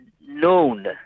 known